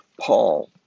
Paul